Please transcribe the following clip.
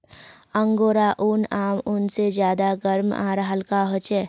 angora ऊन आम ऊन से ज्यादा गर्म आर हल्का ह छे